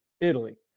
italy